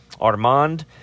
Armand